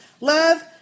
Love